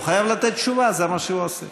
הוא חייב לתת תשובה, וזה מה שהוא עושה.